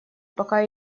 пока